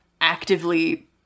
actively